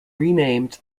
renamed